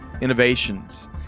innovations